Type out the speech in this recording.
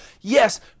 Yes